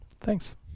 Thanks